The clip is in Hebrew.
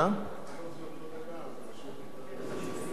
זה אותו דבר, פשוט,